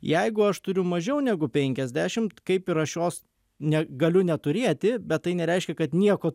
jeigu aš turiu mažiau negu penkiasdešimt kaip ir aš jos ne galiu neturėti bet tai nereiškia kad nieko